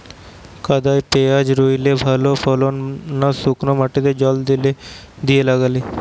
কাদায় পেঁয়াজ রুইলে ভালো ফলন না শুক্নো মাটিতে জল দিয়ে লাগালে?